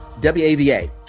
WAVA